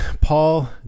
Paul